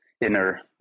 inner